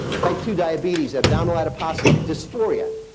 type two diabetes. abdominal adiposity. dysphoria.